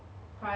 !huh!